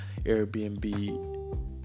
airbnb